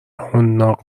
حناق